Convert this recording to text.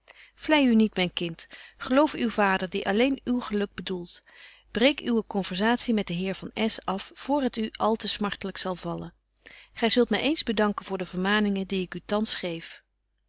niet myn kind geloof uw vader die alleen uw geluk bedoelt breek uwe conversatie met den heer van s af voor het u al te smartelyk zal vallen gy zult my eens bedanken voor de vermaningen die ik u thans geef